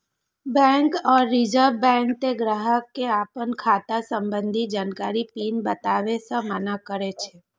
bank आ reserve bank तें ग्राहक कें अपन खाता संबंधी जानकारी, पिन बताबै सं मना करै छै